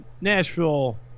Nashville